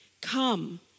come